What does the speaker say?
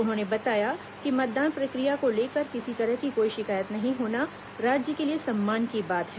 उन्होंने बताया कि मतदान प्रश्क्रिया को लेकर किसी तरह की कोई शिकायत नहीं होना राज्य के लिए सम्मान की बात है